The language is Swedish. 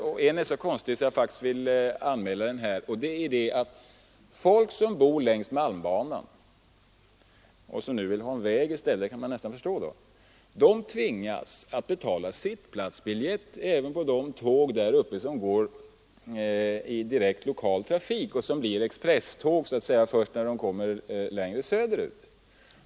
En sak är så konstig att jag vill anmäla den här: Folk som bor längs malmbanan — de vill nu ha en väg i stället, och det kan man förstå — tvingas betala sittplatsbiljett även på tåg som går i lokal trafik och som blir expresståg först när de kommer längre söderut.